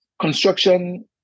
Construction